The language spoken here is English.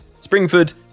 Springford